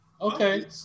Okay